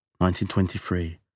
1923